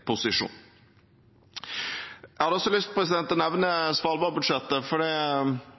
posisjon. Ellers har jeg lyst til å nevne svalbardbudsjettet,